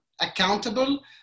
accountable